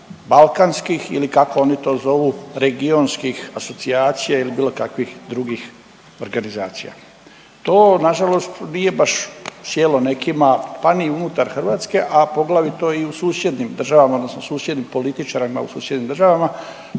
balkanskih ili kako oni to zovu regionskih asocijacija ili bilo kakvih drugih organizacija. To nažalost nije baš sjelo nekima, pa ni unutar Hrvatske, a poglavito i u susjednim državama, odnosno susjednim političarima u susjednim državama,